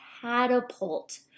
catapult